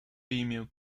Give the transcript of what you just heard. female